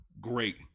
great